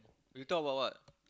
you talk about what